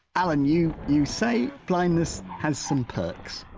allan, you you say blindness has some perks,